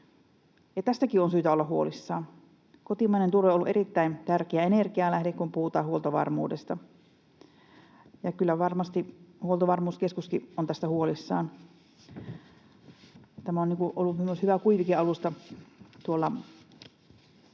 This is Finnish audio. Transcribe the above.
Tästäkin on syytä olla huolissaan. Kotimainen turve on ollut erittäin tärkeä energianlähde, kun puhutaan huoltovarmuudesta. Kyllä varmasti Huoltovarmuuskeskuskin on tästä huolissaan. Turve on ollut myös hyvä kuivike-alusta